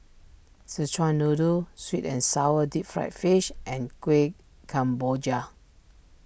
Szechuan Noodle Sweet and Sour Deep Fried Fish and Kuih Kemboja